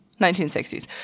1960s